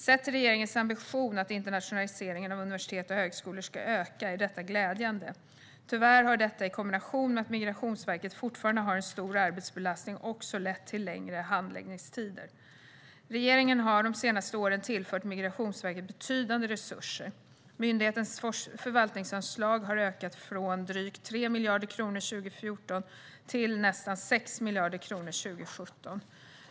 Sett till regeringens ambition att internationaliseringen av universitet och högskolor ska öka är detta glädjande. Tyvärr har detta i kombination med att Migrationsverket fortfarande har en stor arbetsbelastning också lett till längre handläggningstider. Regeringen har de senaste åren tillfört Migrationsverket betydande resurser. Myndighetens förvaltningsanslag har ökat från drygt 3 miljarder kronor 2014 till nästan 6 miljarder kronor 2017.